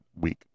week